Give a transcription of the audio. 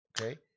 okay